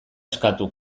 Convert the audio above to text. eskatu